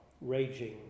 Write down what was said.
raging